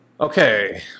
Okay